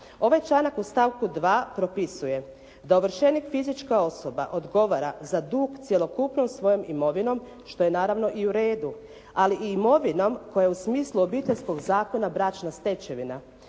Ovaj članak u stavku 2. propise da ovršenik fizička osoba odgovara za dug cjelokupnom svojom imovinom što je naravno u redu ali i imovinom koja je u smislu Obiteljskog zakona bračna stečevina